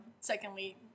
Secondly